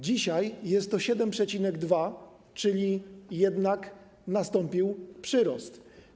Dzisiaj jest to 7,2, czyli jednak nastąpił przyrost.